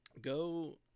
go